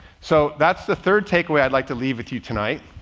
so that's the third takeaway i'd like to leave with you tonight,